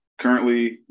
Currently